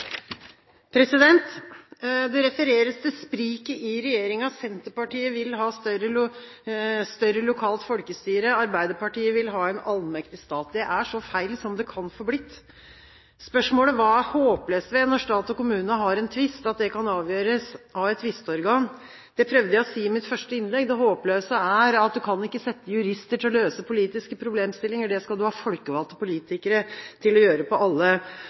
mulig. Det refereres til spriket i regjeringen – Senterpartiet vil ha større lokalt folkestyre, og Arbeiderpartiet vil ha en allmektig stat. Det er så feil som det kan få blitt! Spørsmålet: Hva er håpløst ved at stat og kommune har en tvist som kan avgjøres av et tvisteorgan? Det prøvde jeg å si i mitt første innlegg. Det håpløse er at du ikke kan sette jurister til å løse politiske problemstillinger; det skal du ha folkevalgte politikere til å gjøre på alle